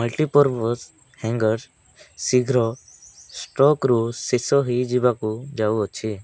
multipurpose hangers ଶୀଘ୍ର ଷ୍ଟକ୍ରୁ ଶେଷ ହେଇଯିବାକୁ ଯାଉଅଛି